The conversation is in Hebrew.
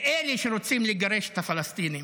לאלה שרוצים לגרש את הפלסטינים